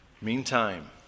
Meantime